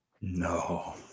No